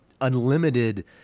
unlimited